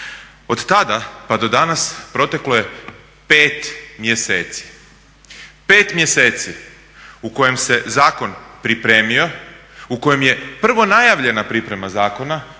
Od tada pa do danas proteklo je 5 mjeseci. 5 mjeseci u kojem se zakon pripremio, u kojem je prvo najavljena priprema zakona,